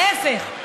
להפך.